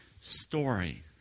story